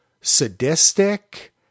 sadistic